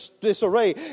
disarray